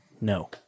No